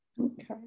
okay